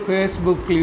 Facebook